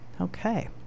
Okay